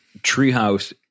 Treehouse